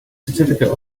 certificate